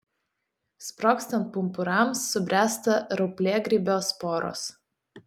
sprogstant pumpurams subręsta rauplėgrybio sporos